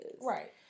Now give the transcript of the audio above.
Right